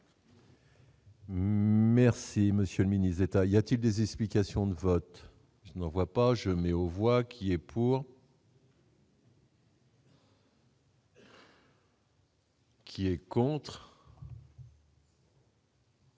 Merci monsieur le ministre d'État, il y a-t-il des explications de vote, je n'en vois pas je mets aux voix qui est pour. Qui s'abstient,